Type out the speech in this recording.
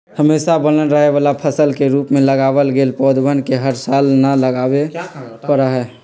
हमेशा बनल रहे वाला फसल के रूप में लगावल गैल पौधवन के हर साल न लगावे पड़ा हई